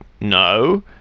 no